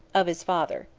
of his father.